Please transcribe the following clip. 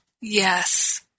yes